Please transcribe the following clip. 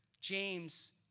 James